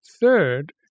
Third